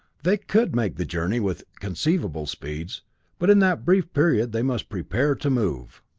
they could make the journey with conceivable speeds but in that brief period they must prepare to move!